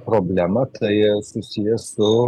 problemą tai susiję su